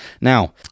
Now